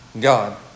God